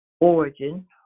Origin